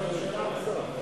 הממשלה צריכה לסכם.